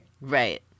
Right